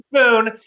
spoon